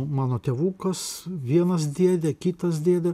mano tėvukas vienas dėdė kitas dėdė